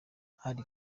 hari